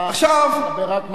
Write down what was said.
אתה תדבר רק מעצמך.